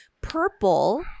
Purple